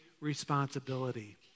responsibility